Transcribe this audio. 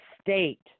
state